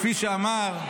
כפי שאמר: